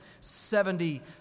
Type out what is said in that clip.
seventy